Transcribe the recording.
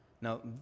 Now